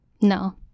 No